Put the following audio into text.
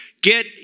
get